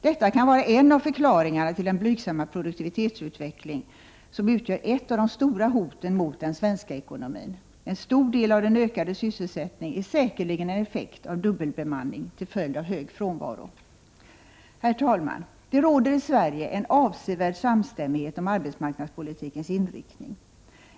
Detta kan vara en av förklaringarna till den blygsamma produktivitetsutveckling som utgör ett av de stora hoten mot den svenska ekonomin. En stor del av den ökade sysselsättningen är säkerligen en effekt av dubbelbemanning till följd av hög frånvaro. Herr talman! Det råder i Sverige en avsevärd samstämmighet om arbetsmarknadspolitikens inriktning.